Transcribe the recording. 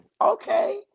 okay